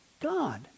God